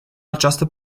această